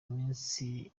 iminsi